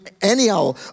Anyhow